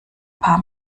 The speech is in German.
paar